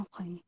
Okay